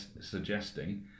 suggesting